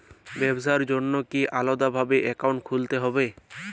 ব্যাবসার জন্য কি আলাদা ভাবে অ্যাকাউন্ট খুলতে হবে?